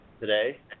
today